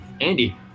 Andy